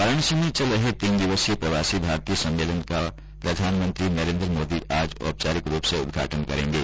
वाराणसी में चल रहे तीन दिवसीय प्रवासी भारतीय सम्मेलन का प्रधानमंत्री नरेन्द्र मोदी आज ऑपचारिक रूप से उदघाटन करेंगे